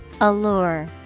Allure